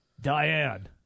Diane